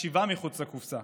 חשיבה מחוץ לקופסה,